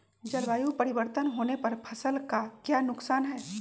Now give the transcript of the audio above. जलवायु परिवर्तन होने पर फसल का क्या नुकसान है?